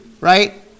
Right